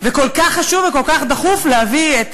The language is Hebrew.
וכל כך חשוב וכל כך דחוף להביא את